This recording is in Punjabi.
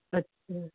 ਅੱਛਾ